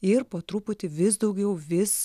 ir po truputį vis daugiau vis